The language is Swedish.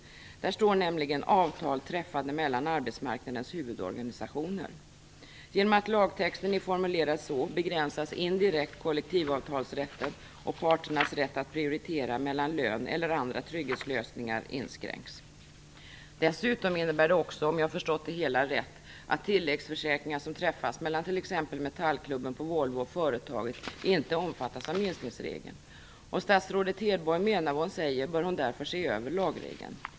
Där står nämligen: "avtal träffade mellan arbetsmarknadens huvudorganisationer". Genom att lagtexten är formulerad på detta sätt begränsas indirekt kollektivavtalsrätten, och parternas rätt att prioritera mellan lön eller andra trygghetslösningar inskränks. Dessutom innebär det också - om jag förstått det hela rätt - att avtal om tilläggsförsäkringar som träffas mellan t.ex. Metallklubben på Volvo och företaget inte omfattas av minskningsregeln. Om statsrådet Hedborg menar vad hon säger bör hon därför se över lagregeln.